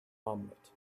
omelette